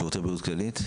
שירותי בריאות כללית,